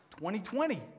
2020